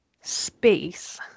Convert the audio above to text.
space